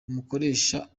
umukoresha